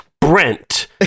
Brent